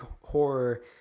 horror